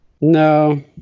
No